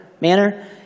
manner